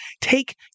take